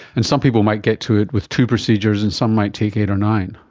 and some people might get to it with two procedures and some might take eight or nine.